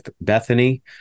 bethany